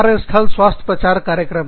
कार्य स्थल स्वास्थ्य प्रचार कार्यक्रम